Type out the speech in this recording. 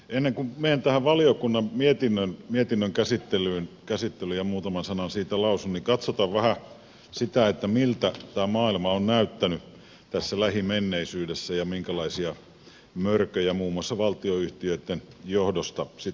ennen kuin menen tähän valiokunnan mietinnön käsittelyyn ja muutaman sanan siitä lausun niin katsotaan vähän sitä miltä tämä maailma on näyttänyt tässä lähimenneisyydessä ja minkälaisia mörköjä muun muassa valtionyhtiöitten johdosta sitten on löytynyt